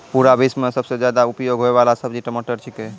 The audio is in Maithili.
पूरा विश्व मॅ सबसॅ ज्यादा उपयोग होयवाला सब्जी टमाटर छेकै